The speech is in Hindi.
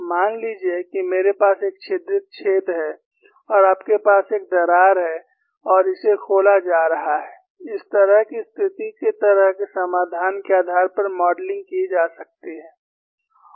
मान लीजिए कि मेरे पास एक छिद्रित छेद है और आपके पास एक दरार है और इसे खोला जा रहा है इस तरह की स्थिति इस तरह के समाधान के आधार पर मॉडलिंग की जा सकती है